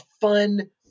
fun